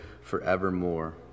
forevermore